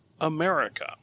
America